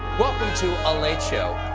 welcome to a late show.